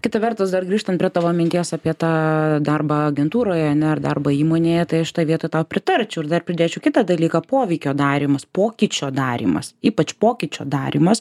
kita vertus dar grįžtant prie tavo minties apie tą darbą agentūroje ane ar darbą įmonėje tai aš šitoj vietoj tau pritarčiau ir dar pridėčiau kitą dalyką poveikio darymas pokyčio darymas ypač pokyčio darymas